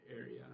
area